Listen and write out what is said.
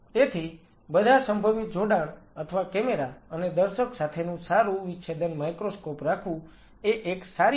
તેથી બધા સંભવિત જોડાણ અથવા કેમેરા અને દર્શક સાથેનું સારૂ વિચ્છેદન માઇક્રોસ્કોપ રાખવું એ એક સારી પ્રથા છે